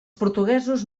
portuguesos